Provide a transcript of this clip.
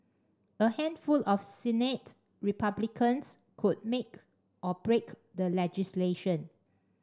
a handful of Senate Republicans could make or break the legislation